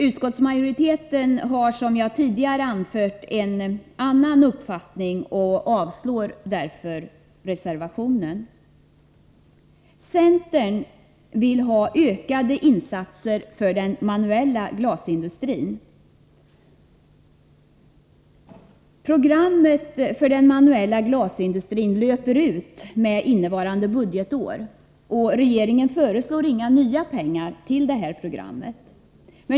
Utskottsmajoriteten har, som jag tidigare anfört, en annan uppfattning och avstyrker därför reservationen. Centerpartiet vill ha ökade insatser för den manuella glasindustrin. budgetår, och regeringen föreslår inga nya pengar till detta program.